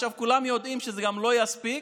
עכשיו כולם יודעים שזה גם לא יספיק,